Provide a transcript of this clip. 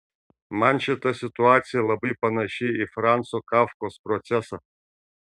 man šita situacija labai panaši į franco kafkos procesą